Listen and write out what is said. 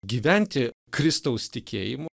gyventi kristaus tikėjimu